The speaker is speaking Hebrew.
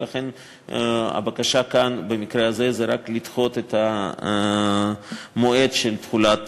ולכן הבקשה כאן במקרה הזה היא רק לדחות את המועד של תחולת